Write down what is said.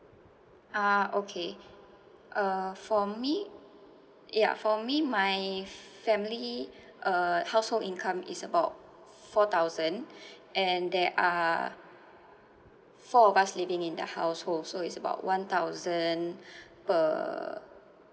ah okay uh for me yeah for me my family uh household income is about four thousand and there are four of us living in the household so it's about one thousand per